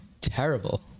terrible